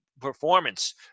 performance